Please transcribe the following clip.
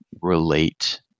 relate